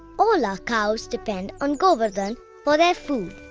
all our cows depend on govardhan for their food.